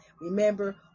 Remember